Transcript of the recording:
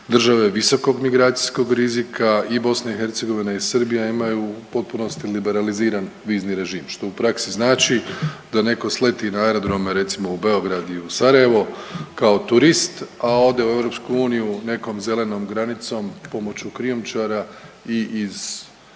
države visokog migracijskog rizika, i BiH i Srbija imaju u potpunosti liberaliziran vizni režim, što u praksi znači da neko sleti na aerodrom recimo u Beograd i u Sarajevo kao turist, a ode u EU nekom zelenom granicom pomoću krijumčara i iz legalno